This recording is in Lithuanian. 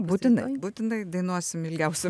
būtinai būtinai dainuosim ilgiausių